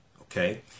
okay